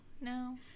no